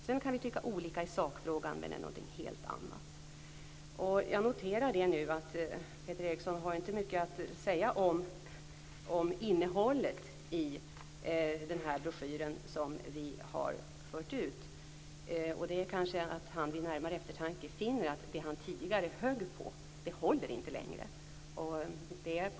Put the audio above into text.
Det är något helt annat att vi sedan kan tycka olika i sakfrågan. Jag noterar att Peter Eriksson inte har mycket att säga om innehållet i broschyren som vi har fört ut. Det kanske beror på att han vid närmare eftertanke finner att det han tidigare höll på inte håller längre.